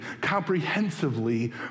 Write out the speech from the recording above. comprehensively